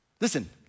Listen